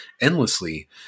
endlessly